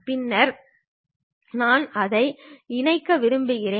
பின்னர் நான் அதை இணைக்க விரும்புகிறேன்